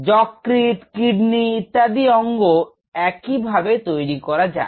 যকৃৎ কিডনি ইত্যাদি অঙ্গ এই ভাবে তৈরি করা যায়